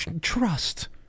Trust